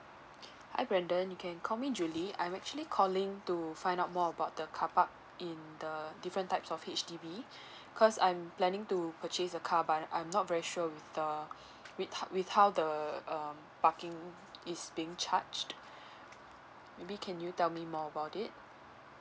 hi brendan you can call me julie I'm actually calling to find out more about the carpark in the different types of H_D_B cause I'm planning to purchase a car but I I'm not very sure with the with with how the um parking is being charged maybe can you tell me more about it